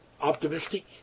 optimistic